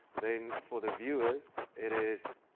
then for the viewers it is